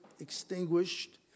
Extinguished